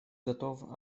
готов